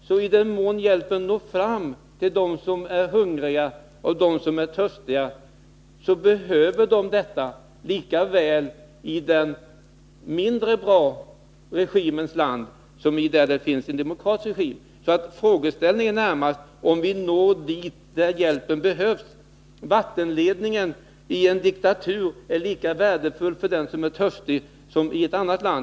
Men i den mån hjälpen når fram till dem som är hungriga och törstiga så behövs den, lika väl i ett land med en mindre bra regim som i ett land med en demokratisk regim. Frågeställningen är närmast om hjälpen når fram dit där den behövs. Vattenledningen i en diktatur är lika värdefull för den som är törstig som i ett annat land.